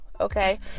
Okay